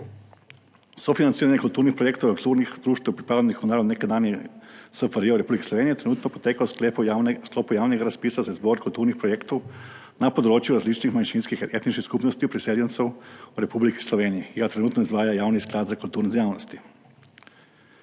Sofinanciranje kulturnih projektov kulturnih društev pripadnikov narodov nekdanje SFRJ v Republiki Sloveniji trenutno poteka v sklopu javnega razpisa za izbor kulturnih projektov na področju različnih manjšinskih in etničnih skupnosti priseljencev v Republiki Sloveniji, ki ga trenutno izvaja Javni sklad Republike Slovenije